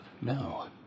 No